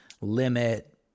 limit